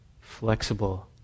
flexible